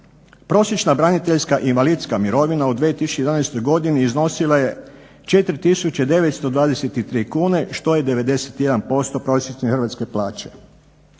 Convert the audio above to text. Prosječna braniteljska invalidska mirovina u 2011.godini iznosila je 4.923 kune što je 91% prosječne hrvatske plaće.